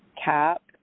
cap